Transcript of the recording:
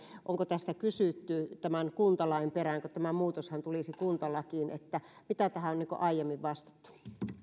onko tästä kysytty kuntalain perään kun tämä muutoshan tulisi kuntalakiin mitä tähän on aiemmin vastattu